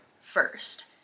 first